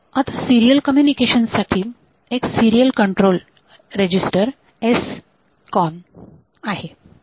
आता serial communication साठी एक सिरीयल कंट्रोल रेजिस्टर SCON आहे